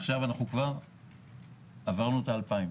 עכשיו עברנו את ה-2,000